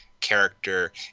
character